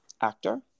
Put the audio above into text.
actor